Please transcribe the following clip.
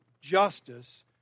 justice